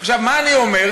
עכשיו, מה אני אומר?